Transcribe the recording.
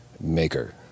maker